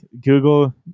Google